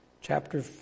Chapter